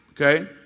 Okay